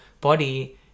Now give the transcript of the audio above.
body